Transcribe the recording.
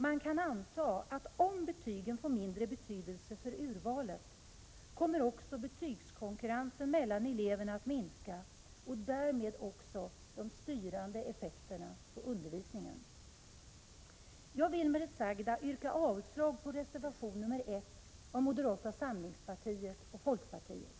Man kan anta att om betygen får mindre betydelse för urvalet kommer också betygskonkurrensen mellan eleverna att minska och därmed också de styrande effekterna på undervisningen. Jag vill med det sagda yrka avslag på reservation nr 1 av moderata samlingspartiet och folkpartiet.